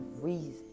reason